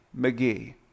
McGee